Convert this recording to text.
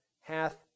hath